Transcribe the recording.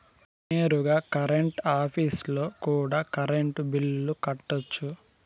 నేరుగా కరెంట్ ఆఫీస్లో కూడా కరెంటు బిల్లులు కట్టొచ్చు